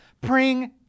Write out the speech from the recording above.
Bring